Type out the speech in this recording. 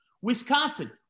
Wisconsin